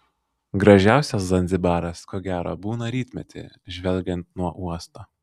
gražiausias zanzibaras ko gero būna rytmetį žvelgiant nuo uosto